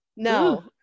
No